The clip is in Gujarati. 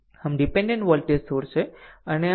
આમ ડીપેન્ડેન્ટ વોલ્ટેજ સોર્સ છે